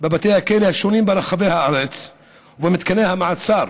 בבתי הכלא השונים ברחבי הארץ ובמתקני המעצר,